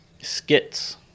skits